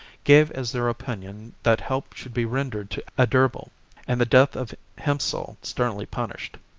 gave as their opinion that help should be rendered to adherbal and the death of hiempsal sternly punished.